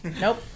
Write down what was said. Nope